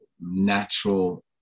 natural